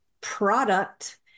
product